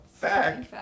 back